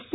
S